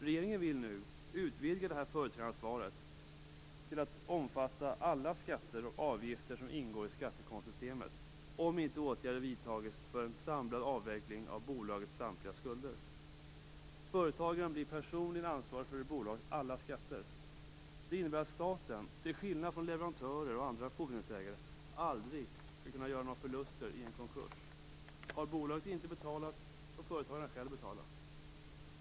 Regeringen vill nu utvidga det här företrädaransvaret till att omfatta alla skatter och avgifter som ingår i skattekontosystemet, om inte åtgärder vidtagits för en samlad avveckling av bolagets samtliga skulder. Företagaren blir personligen ansvarig för bolagets alla skatter. Det innebär att staten, till skillnad från leverantörer och andra fordringsägare, aldrig skall kunna göra förluster vid en konkurs. Om bolaget inte har betalat, får företagaren själv betala.